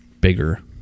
bigger